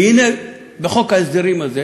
והנה בחוק ההסדרים הזה,